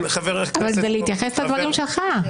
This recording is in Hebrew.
זה התייחסות לדברים שלך.